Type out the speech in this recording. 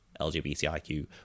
lgbtiq